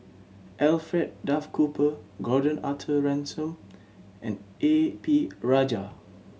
Alfred Duff Cooper Gordon Arthur Ransome and A P Rajah